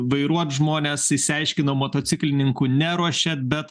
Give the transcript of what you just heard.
vairuot žmones išsiaiškinom motociklininkų neruošiat bet